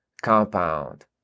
compound